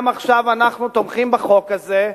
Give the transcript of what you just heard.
גם עכשיו אנחנו תומכים בחוק הזה,